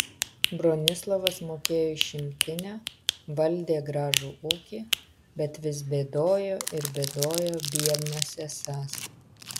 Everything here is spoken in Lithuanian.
bronislovas mokėjo išimtinę valdė gražų ūkį bet vis bėdojo ir bėdojo biednas esąs